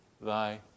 thy